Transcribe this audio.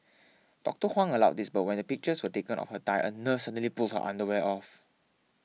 Doctor Huang allowed this but when pictures were taken of her thigh a nurse suddenly pulled her underwear off